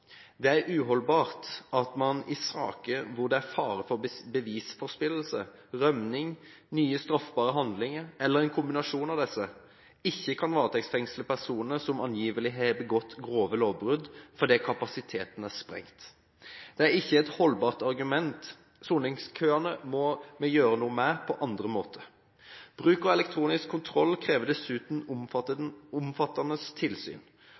Det er uholdbart at man i saker hvor det er fare for bevisforspillelse, rømning, nye straffbare handlinger, eller en kombinasjon av disse, ikke kan varetektsfengsle personer som angivelig har begått grove lovbrudd, fordi kapasiteten er sprengt. Det er ikke et holdbart argument, soningskøene må vi gjøre noe med på andre måter. Bruk av elektronisk kontroll krever dessuten omfattende tilsyn.